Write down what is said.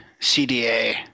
CDA